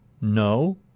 No